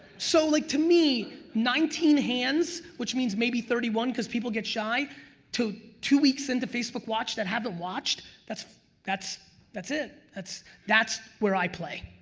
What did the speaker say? so like to me nineteen hands which means maybe thirty one because people get shy to two weeks into facebook watch that haven't watched that's that's that's it that's that's where i play,